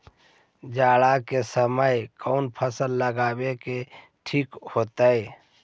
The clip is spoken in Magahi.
जाड़ा के समय कौन फसल लगावेला ठिक होतइ?